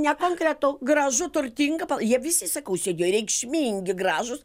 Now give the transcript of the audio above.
nekonkretu gražu turtinga jie visi sakau seniai reikšmingi gražūs